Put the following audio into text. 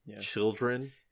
children